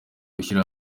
gushyira